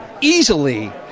easily